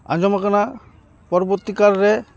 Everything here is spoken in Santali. ᱟᱸᱡᱚᱢ ᱠᱟᱱᱟ ᱯᱚᱨᱚᱵᱚᱨᱛᱤ ᱠᱟᱞᱨᱮ